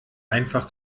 einfach